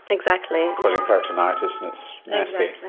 exactly. causing peritonitis and it's nasty.